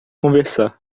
conversar